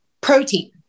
protein